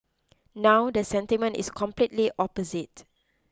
now the sentiment is completely opposite